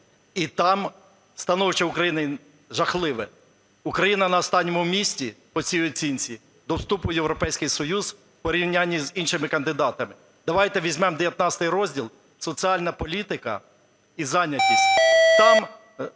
і там становище України жахливе. Україна на останньому місці по цій оцінці до вступу в Європейський Союз в порівнянні з іншими кандидатами. Давайте візьмемо 19 розділ "Соціальна політика і зайнятість",